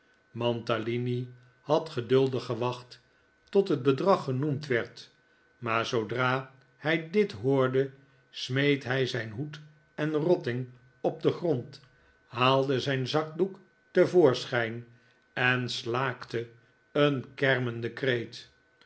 mantalini had geduldig gewacht tot het bedrag genoemd werd maar zoodra hij dit hoorde smeet hij zijn hoed en rotting op den grond haalde zijn zakdoek te voorschijn en slaakte een kermenden kreet